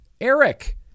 Eric